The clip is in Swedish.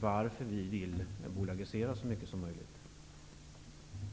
varför vi vill bolagisera så mycket som möjligt.